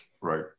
right